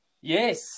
Yes